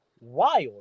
wild